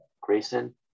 Grayson